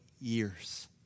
years